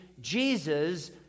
Jesus